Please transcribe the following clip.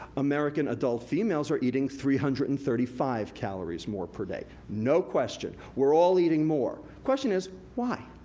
american adult females are eating three hundred and thirty five calories more per day. no question, we're all eating more. question is why,